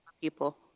people